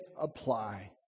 apply